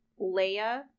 Leia